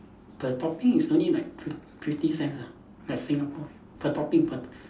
per topping is only like fif~ fifty cents ah like Singapore per topping per top~